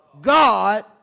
God